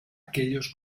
aquellos